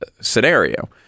scenario